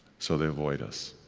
so they avoid us,